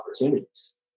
opportunities